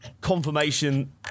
confirmation